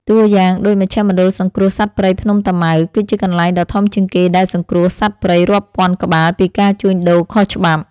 តួយ៉ាងដូច មជ្ឈមណ្ឌលសង្គ្រោះសត្វព្រៃភ្នំតាម៉ៅ គឺជាកន្លែងដ៏ធំជាងគេដែលសង្គ្រោះសត្វព្រៃរាប់ពាន់ក្បាលពីការជួញដូរខុសច្បាប់។